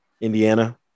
Indiana